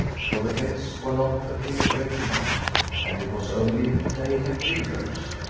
for the bets were not to any great amount, and it was only playing at billiards.